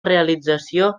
realització